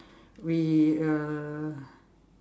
we uh